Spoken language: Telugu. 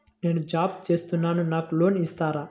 నేను జాబ్ చేస్తున్నాను నాకు లోన్ ఇస్తారా?